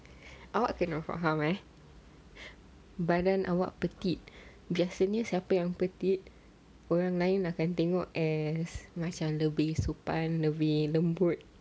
awak kena faham eh badan awak petite biasanya siapa yang petite orang lain akan tengok as macam lebih sopan lebih lembut